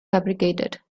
fabricated